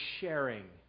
sharing